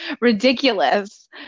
ridiculous